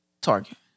Target